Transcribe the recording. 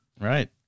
right